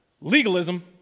legalism